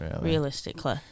realistically